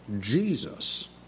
Jesus